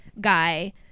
guy